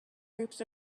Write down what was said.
groups